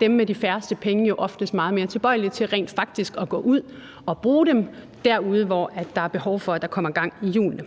dem med de færreste penge oftest er meget mere tilbøjelige til rent faktisk at gå ud og bruge dem derude, hvor der er behov for, at der kommer gang i hjulene.